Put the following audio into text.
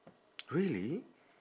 really